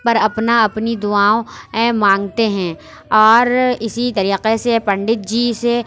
پر اپنا اپنی دعاؤں مانگتے ہیں اور اِسی طریقے سے پنڈت جی سے